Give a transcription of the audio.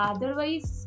Otherwise